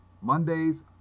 Mondays